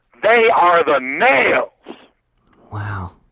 they are the nails wow,